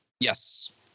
Yes